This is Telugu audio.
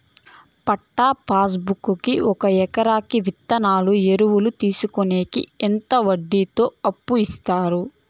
పట్టా పాస్ బుక్ కి ఒక ఎకరాకి విత్తనాలు, ఎరువులు తీసుకొనేకి ఎంత వడ్డీతో అప్పు ఇస్తారు?